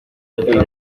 decir